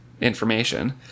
information